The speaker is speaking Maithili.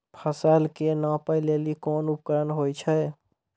फसल कऽ नापै लेली कोन उपकरण होय छै?